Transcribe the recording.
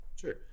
Sure